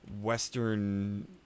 western